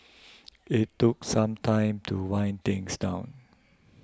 it took some time to wind things down